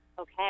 Okay